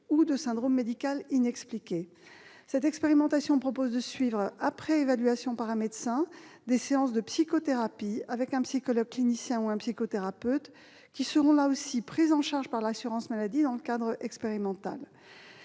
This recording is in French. ou de syndrome médical inexpliqué. Cette expérimentation propose aux patients de mener, après évaluation par un médecin, des séances de psychothérapie avec un psychologue clinicien ou un psychothérapeute ; ces séances seront prises en charge par l'assurance maladie dans le cadre du